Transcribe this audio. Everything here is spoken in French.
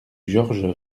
georges